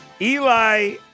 Eli